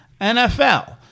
NFL